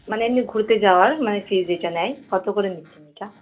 মানে এমনি ঘুরতে যাওয়ার মানে ফিজ যেটা নেয় কত করে নিচ্ছেন এটা